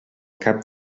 cap